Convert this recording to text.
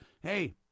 hey